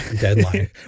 deadline